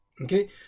Okay